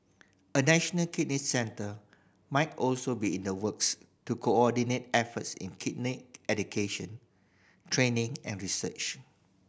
a national kidney centre might also be in the works to coordinate efforts in kidney education training and research